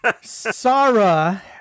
Sarah